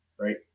right